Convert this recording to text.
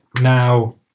now